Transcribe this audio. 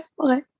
okay